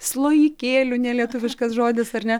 slojikėlių nelietuviškas žodis ar ne